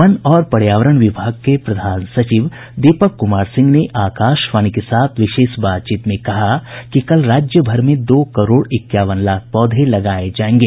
one और पर्यावरण विभाग के प्रधान सचिव दीपक कुमार सिंह ने आकाशवाणी के साथ विशेष बातचीत में कहा कि कल राज्य भर में दो करोड़ इक्यावन लाख पौधे लगाये जायेंगे